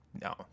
No